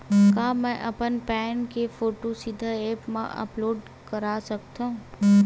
का मैं अपन पैन के फोटू सीधा ऐप मा अपलोड कर सकथव?